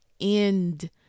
end